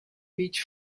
beech